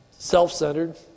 self-centered